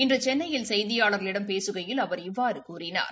இன்று சென்னையில் செய்தியாளர்களிடம் பேசுகையில் அவர் இவ்வாறு கூறினார்